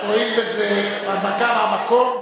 הואיל וזה הנמקה מהמקום,